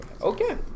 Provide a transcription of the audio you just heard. Okay